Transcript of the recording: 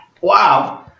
Wow